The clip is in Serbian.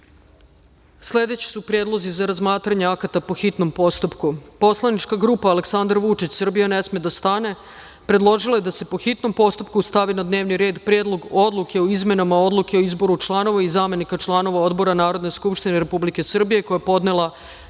zakona. Sledeći su predlozi za razmatranje akata po hitnom postupku:Pod jedan - Poslanička grupa ALEKSANDAR VUČIĆ – Srbija ne sme da stane predložila je da se, po hitnom postupku, stavi na dnevni red Predlog odluke oizmenama odluke o izboru članova i zamenika članova Odbora Narodne skupštine Republike Srbije, koji je podnela